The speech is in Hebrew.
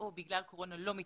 או בגלל הקורונה לא מתקיימות?